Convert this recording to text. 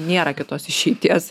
nėra kitos išeities